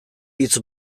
hitz